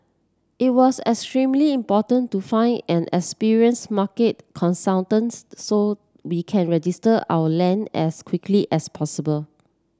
it was extremely important to find an experienced market consultants so we can register our land as quickly as possible